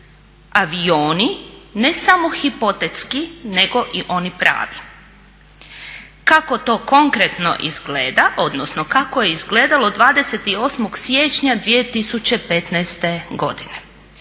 avioni ne samo hipotetski nego i oni pravi. Kako to konkretno izgleda, odnosno kako je izgledalo 28. siječnja 2015. godine?